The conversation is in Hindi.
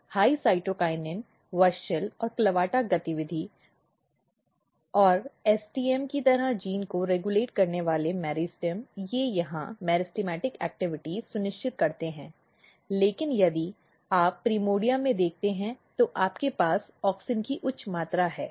उच्च साइटोकिनिन WUSCHEL और CLAVATA गतिविधि और STM की तरह जीन को विनियमित करने वाले मेरिस्टेम वे यहाँ मेरिस्टेमेटिक गतिविधि सुनिश्चित करते हैं लेकिन यदि आप प्राइमॉर्डिया में देखते हैं तो आपके पास ऑक्सिन की उच्च मात्रा है